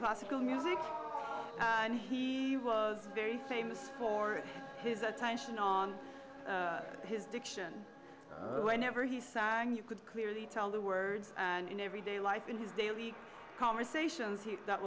classical music and he was very famous for his attention on his diction whenever he sang you could clearly tell the words and in everyday life in his daily conversations he that